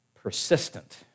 Persistent